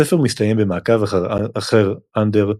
הספר מסתיים במעקב אחר אנדר,